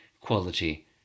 quality